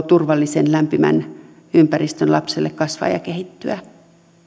turvallisen lämpimän ympäristön lapselle kasvaa ja kehittyä